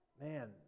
Man